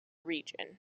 region